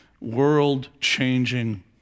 world-changing